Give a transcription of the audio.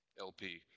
LP